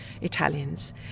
Italians